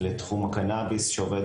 לא מביא לשום evidence based medicine,